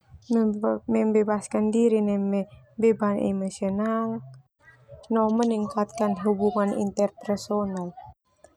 Membe-membebaskan diri neme beban emosional no meningkatan hubungan interpersonal.